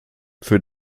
für